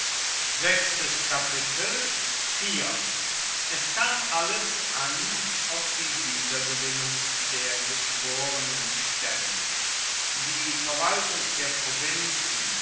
es kam alles an auf die wiedergewinnung der geschworenenstellen die verwaltung der provinzen